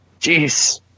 Jeez